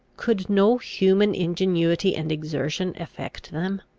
could no human ingenuity and exertion effect them?